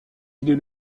est